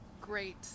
great